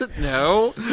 No